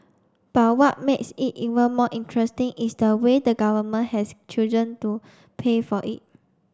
but what makes it even more interesting is the way the Government has chosen to pay for it